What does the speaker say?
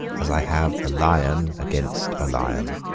as i have a lion against a lion,